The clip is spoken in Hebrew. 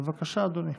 בבקשה, אדוני.